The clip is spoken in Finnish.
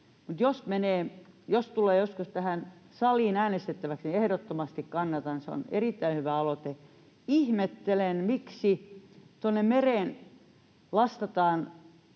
joskus tähän saliin äänestettäväksi, niin ehdottomasti kannatan. Se on erittäin hyvä aloite. Ihmettelen, miksi tuonne mereen lastataan